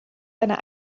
einer